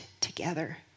together